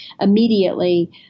immediately